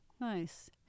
Nice